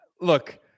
look